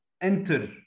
enter